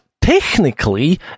technically